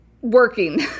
working